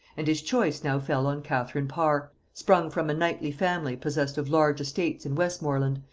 and his choice now fell on catherine parr, sprung from a knightly family possessed of large estates in westmoreland,